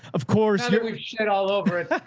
of course shed all over it.